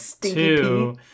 Two